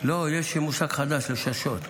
יש מושג חדש, לששות.